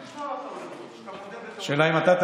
רציתי לשמוע אותך מודה בטעויות.